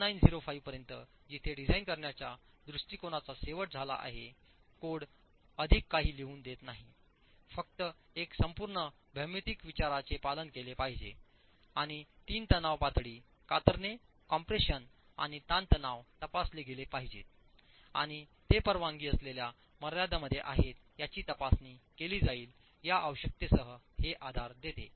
1905 पर्यंत जिथे डिझाइन करण्याच्या दृष्टिकोनाचा शेवट झाला आहेकोड अधिक काही लिहून देत नाही फक्त एक संपूर्ण भौमितिक विचारांचे पालन केले पाहिजे आणि तीन तणाव पातळी कातरणे कम्प्रेशन आणि ताण तणाव तपासले गेले पाहिजेत आणि ते परवानगी असलेल्या मर्यादेमध्ये आहेत याची तपासणी केली जाईल या आवश्यकतेसह हे आधार देते